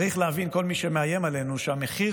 צריך להבין כל מי שמאיים עלינו שהמחיר